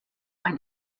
ein